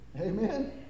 Amen